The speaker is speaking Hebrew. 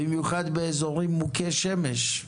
במיוחד באזורים מוכי שמש.